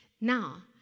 now